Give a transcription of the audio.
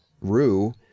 Rue